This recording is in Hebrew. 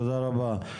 תודה רבה.